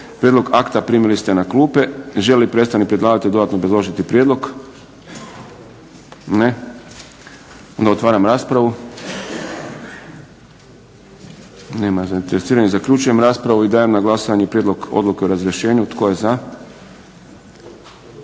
Prijedlog akta primili ste na klupe. Želi li predstavnik predlagatelja dodatno obrazložiti prijedlog? Ne. Onda otvaram raspravu. Nema zainteresiranih. Zaključujem raspravu i dajem na glasovanje prijedlog Odluke o razrješenju. Tko je za?